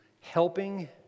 Helping